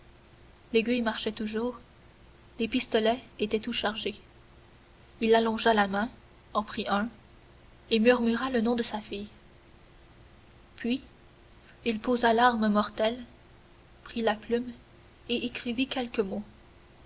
l'aiguille marchait toujours les pistolets étaient tout chargés il allongea la main en prit un et murmura le nom de sa fille puis il posa l'arme mortelle prit la plume et écrivit quelques mots